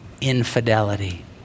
infidelity